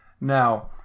Now